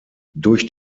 durch